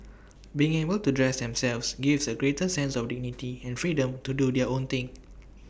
being able to dress themselves gives A greater sense of dignity and freedom to do their own thing